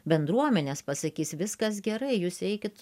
bendruomenės pasakys viskas gerai jūs eikit